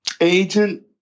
agent